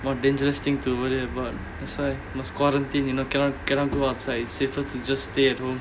more dangerous thing to worry about that's why must quarantine you know cannot cannot go outside it's safer to just stay at home